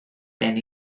gen